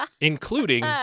including